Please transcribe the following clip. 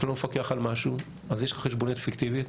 כשאתה לא מפקח על משהו אז יש לך חשבוניות פיקטיביות,